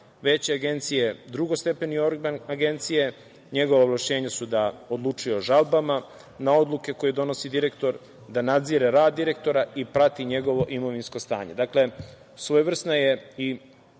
Agencije je drugostepeni organ Agencije. Njegova ovlašćenja su da odlučuje o žalbama na odluke koje donosi direktor, da nadzire rad direktora i prati njegovo imovinsko stanje. Dakle, svojevrsna je i